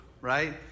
right